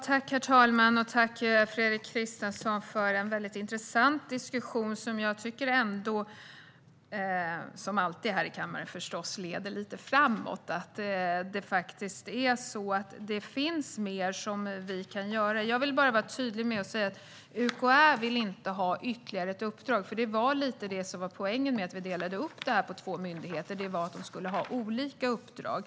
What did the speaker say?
Herr talman! Jag tackar Fredrik Christensson för en väldigt intressant diskussion, vilken jag tycker leder lite framåt - som alltid här i kammaren, förstås. Det finns mer som vi kan göra. Jag vill vara tydlig med att UKÄ inte vill ha ytterligare ett uppdrag. Det var lite det som var poängen med att vi delade upp det här på två myndigheter; de skulle ha olika uppdrag.